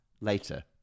later